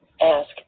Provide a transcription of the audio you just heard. ask